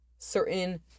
certain